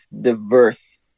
diverse